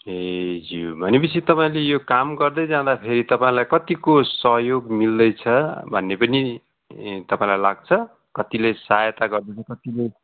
ए ज्यू भनेपछि तपाईँले यो काम गर्दै जाँदाखेरि तपाईँलाई कतिको सहयोग मिल्दैछ भन्ने पनि तपाईँलाई लाग्छ कतिले सहायता गर्दैछ कतिले